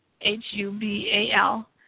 H-U-B-A-L